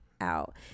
out